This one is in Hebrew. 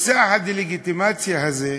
מסע הדה-לגיטימציה הזה,